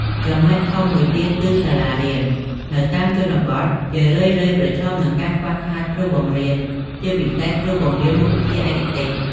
ចំនុចធំមួយទៀត គឺសាលារៀននៅតាមជនបទជារឿយៗប្រឈមនឹងការខ្វះខាតគ្រូបង្រៀន ជាពិសេសគ្រូបង្រៀនមុខវិជ្ជាឯកទេស។